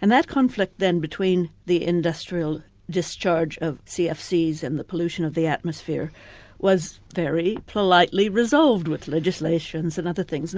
and that conflict then between the industrial discharge of cfcs and the pollution of the atmosphere was very politely resolved with legislations and other things.